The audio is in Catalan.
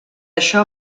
això